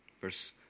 verse